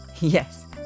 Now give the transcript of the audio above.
Yes